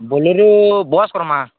Bolero bus Karma